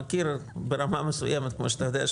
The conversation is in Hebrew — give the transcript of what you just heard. מכיר ברמה מסוימת כמו שאתה יודע,